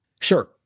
Sure